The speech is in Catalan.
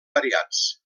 variats